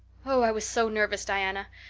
oh, i was so nervous, diana.